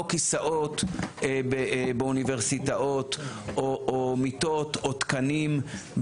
כיסאות באוניברסיטאות או מיטות או תקנים.